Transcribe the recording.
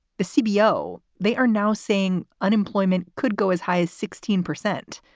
the cbo, they are now saying unemployment could go as high as sixteen percent.